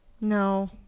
No